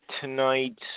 tonight